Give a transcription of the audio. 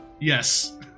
Yes